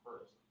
first